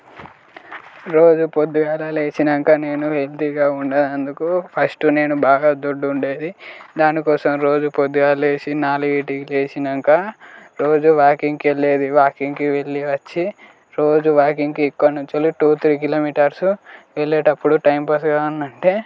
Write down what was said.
రోజు పొద్దుగాల లేచినాక నేను హెల్తీగా ఉండనందుకు ఫస్ట్ నేను బాగా దొడ్డు ఉండేది దానికోసం రోజు పొద్దుగాల లేచి నాలుగింటికి లేచినాక రోజు వాకింగ్కు వెళ్ళేది వాకింగ్కి వెళ్ళి వచ్చి రోజు వాకింగ్కి ఇక్కడనుంచెలి టు త్రీ కిలోమీటర్స్ వెళ్ళేటప్పుడు టైంపాస్గా ఉన్నట్టే